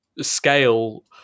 scale